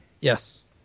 Yes